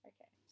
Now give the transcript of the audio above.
Okay